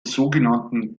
sogenannten